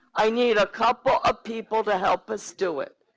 i need a couple of people to help us do it.